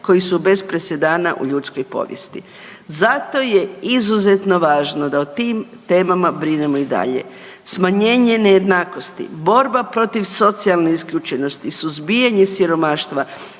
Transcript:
koji su bez presedana u ljudskoj povijesti. Zato je izuzetno važno da o tim temama brijemo i dalje, smanjenje nejednakosti, borba protiv socijalne isključenosti, suzbijanje siromaštva,